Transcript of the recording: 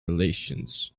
relations